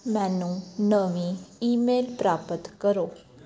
ਮੈਨੂੰ ਨਵੀਂ ਈਮੇਲ ਪ੍ਰਾਪਤ ਕਰੋ